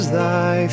thy